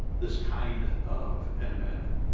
this kind of an amendment